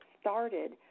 started